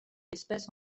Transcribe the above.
espèce